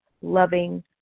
loving